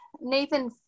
Nathan